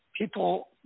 People